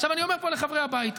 עכשיו אני אומר פה לחברי הבית,